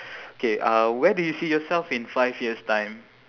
K uh where do you see yourself in five years time